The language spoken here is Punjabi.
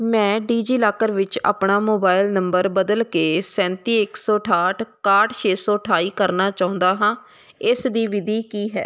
ਮੈਂ ਡਿਜੀਲਾਕਰ ਵਿੱਚ ਆਪਣਾ ਮੋਬਾਈਲ ਨੰਬਰ ਬਦਲ ਕੇ ਸੈਂਤੀ ਇੱਕ ਸੋ ਅਠਾਹਠ ਇਕਾਹਠ ਛੇ ਸੋ ਅਠਾਈ ਕਰਨਾ ਚਾਹੁੰਦਾ ਹਾਂ ਇਸ ਦੀ ਵਿਧੀ ਕੀ ਹੈ